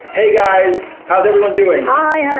hey guys, how's everyone doing? hi,